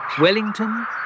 Wellington